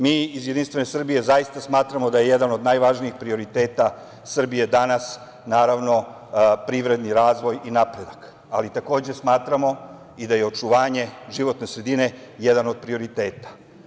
Mi iz JS zaista smatramo da je jedan od najvažnijih prioriteta Srbije danas naravno privredni razvoj i napredak, ali takođe smatramo i da je očuvanje životne sredine jedan od prioriteta.